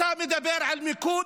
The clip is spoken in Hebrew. אתה מדבר על מיקוד,